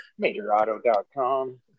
MajorAuto.com